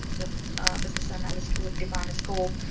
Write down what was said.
the business analyst would define a scope.